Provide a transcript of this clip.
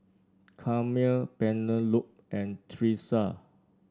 Carmel Penelope and Tresa